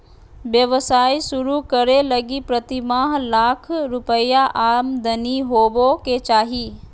व्यवसाय शुरू करे लगी प्रतिमाह लाख रुपया आमदनी होबो के चाही